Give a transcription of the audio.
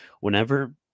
whenever